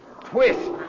Twist